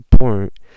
point